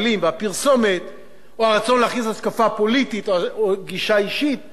או הרצון להכניס השקפה פוליטית או גישה אישית משיקול כזה או אחר,